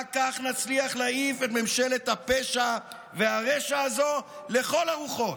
רק כך נצליח להעיף את ממשלת הפשע והרשע הזו לכל הרוחות.